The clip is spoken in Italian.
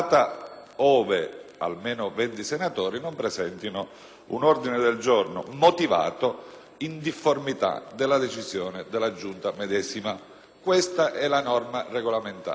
che almeno 20 senatori non presentino un ordine del giorno motivato in difformità della decisione della Giunta medesima. Questa è la norma regolamentare.